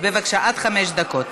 בבקשה, עד חמש דקות.